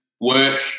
work